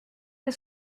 est